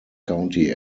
county